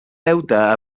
deute